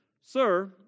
Sir